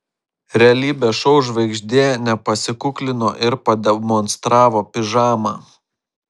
realybės šou žvaigždė nepasikuklino ir pademonstravo pižamą